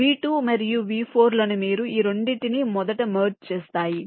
V2 మరియు V4 లను మీరు ఈ రెండింటిని మొదట మెర్జ్ చేస్తాయి